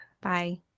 Bye